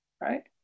right